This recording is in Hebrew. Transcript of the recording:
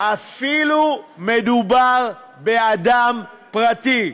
אפילו אם מדובר באדם פרטי.